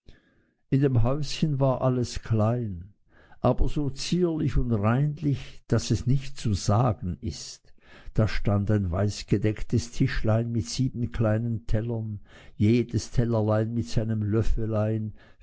in dem häuschen war alles klein aber so zierlich und reinlich daß es nicht zu sagen ist da stand ein weißgedecktes tischlein mit sieben kleinen tellern jedes tellerlein mit seinem